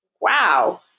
wow